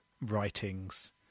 writings